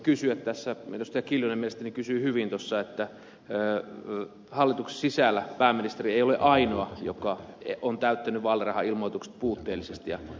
kimmo kiljunen sanoi mielestäni hyvin tuossa että hallituksen sisällä pääministeri ei ole ainoa joka on täyttänyt vaalirahailmoitukset puutteellisesti